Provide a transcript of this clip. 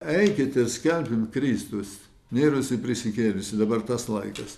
eikite skelbiam kristus mirusį prisikėlusį dabar tas laikas